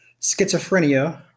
Schizophrenia